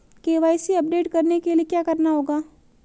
KYC update करने के लिए क्या करना होगा?